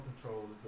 controls